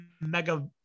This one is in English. mega